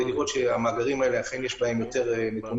לראות שבמאגרים האלה יש נתונים נכונים,